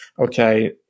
okay